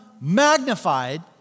magnified